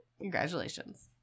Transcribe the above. congratulations